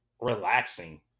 relaxing